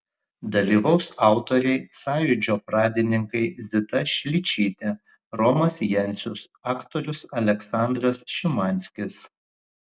dalyvaus autoriai sąjūdžio pradininkai zita šličytė romas jencius aktorius aleksandras šimanskis